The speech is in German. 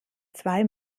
zwei